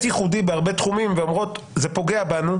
ייחודי בהרבה תחומים ואומרות: זה פוגע בנו.